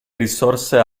risorse